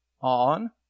on